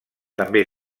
també